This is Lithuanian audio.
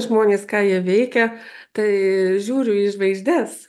žmonės ką jie veikia tai žiūriu į žvaigždes